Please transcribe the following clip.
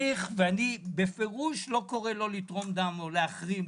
ואני בפירוש לא קורא לא לתרום דם או להחרים.